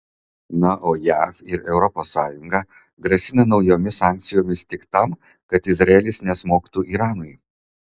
na o jav ir europos sąjunga grasina naujomis sankcijomis tik tam kad izraelis nesmogtų iranui